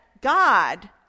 God